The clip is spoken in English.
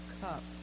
cup